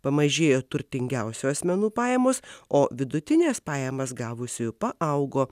pamažėjo turtingiausių asmenų pajamos o vidutines pajamas gavusiųjų paaugo